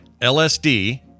LSD